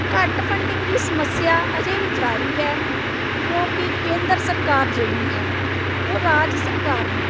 ਘੱਟ ਫੰਡਿੰਗ ਦੀ ਸਮੱਸਿਆ ਅਜੇ ਵੀ ਜਾਰੀ ਹੈ ਕਿਉਂਕਿ ਕੇਂਦਰ ਸਰਕਾਰ ਜਿਹੜੀ ਹੈ ਉਹ ਰਾਜ ਸਰਕਾਰ ਨੂੰ